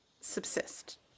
subsist